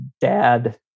dad